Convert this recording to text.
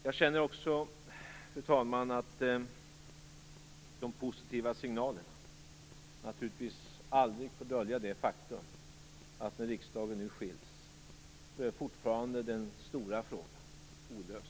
Jag känner också, fru talman, att de positiva signalerna naturligtvis aldrig får dölja det faktum att när riksdagen nu skiljs är fortfarande den stora frågan olöst.